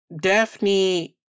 Daphne